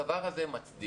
הדבר הזה מצדיק,